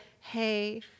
hey